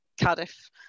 Cardiff